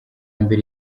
mbere